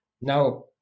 Now